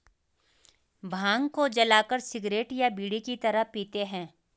भांग को जलाकर सिगरेट या बीड़ी की तरह पीते हैं